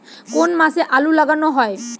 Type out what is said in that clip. কোন মাসে আলু লাগানো হয়?